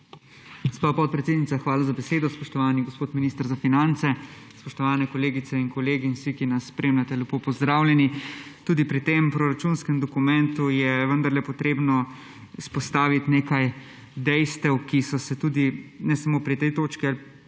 Gospa podpredsednica, hvala za besedo. Spoštovani gospod minister za finance, spoštovani kolegice in kolegi in vsi, ki nas spremljate, lepo pozdravljeni! Tudi pri tem proračunskem dokumentu je vendarle potrebno izpostaviti nekaj dejstev, ki so se tudi ne samo pri tej točki, pa